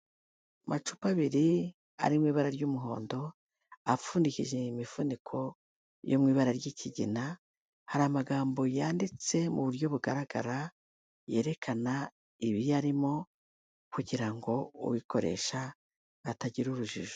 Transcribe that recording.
Amacupa abiri ari mu ibara ry'umuhondo apfundikishije imifuniko yo mu ibara ry'ikigina, hari amagambo yanditse mu buryo bugaragara yerekana ibiyarimo kugira ngo uyikoresha atagira urujijo.